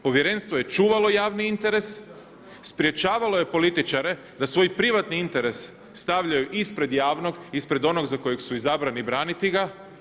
Povjerenstvo je čuvalo javni interes, sprječavalo je političare da svoj privatni interes stavljaju ispred javnog, ispred onog za kojeg su izabrani braniti ga.